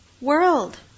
world